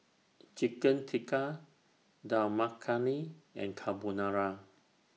Chicken Tikka Dal Makhani and Carbonara